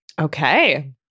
Okay